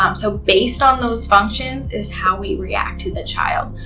um so, based on those functions is how we react to the child.